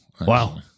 Wow